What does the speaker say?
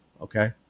okay